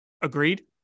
Agreed